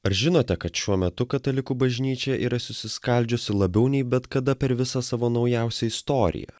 ar žinote kad šiuo metu katalikų bažnyčia yra susiskaldžiusi labiau nei bet kada per visą savo naujausią istoriją